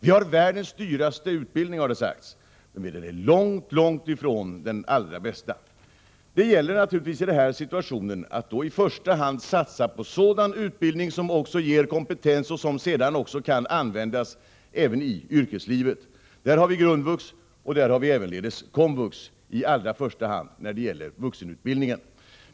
Vi har världens dyraste utbildning, har det sagts, men den är långt ifrån den allra bästa. Det gäller i den här situationen naturligtvis att i första hand satsa på sådan utbildning som också ger kompetens och som sedan även kan användas i yrkeslivet. Där har vi när det gäller vuxenutbildningen i första hand grundvux och även komvux.